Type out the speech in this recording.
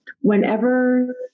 whenever